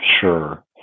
Sure